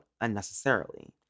unnecessarily